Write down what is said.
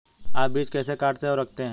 आप बीज कैसे काटते और रखते हैं?